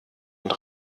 und